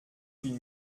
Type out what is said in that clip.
huit